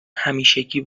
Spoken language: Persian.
همیشگی